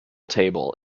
table